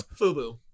Fubu